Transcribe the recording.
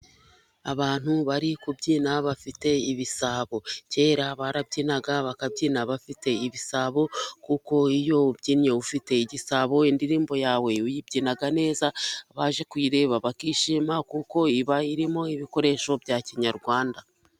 Abantu bari kubyina bafite ibisabo. Kera barabyinaga bakabyina bafite ibisabo. Kuko iyo ubyinnye ufite igisabo indirimbo yawe uyibyina neza, abaje kuyireba bakishima. Kuko iba irimo ibikoresho bya kinyarwanda.